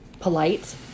polite